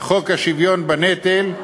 חוק השוויון בנטל,